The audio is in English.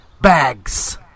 Bags